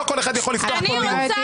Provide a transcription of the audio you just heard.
לא כל אחד יכול לפתוח פה דיון.